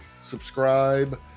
subscribe